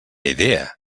idea